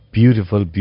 beautiful